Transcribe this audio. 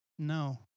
No